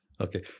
Okay